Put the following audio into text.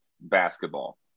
basketball